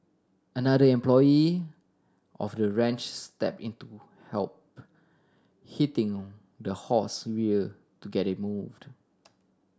another employee of the ranch stepped in to help hitting the horse rear to get it to moved